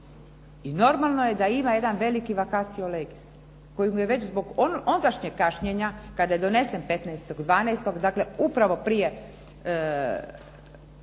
i normalno je da ima jedan veliki vacatio legis koji mu je već zbog ondašnjeg kašnjenja kada je donesen 15.12., dakle upravo prije